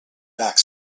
back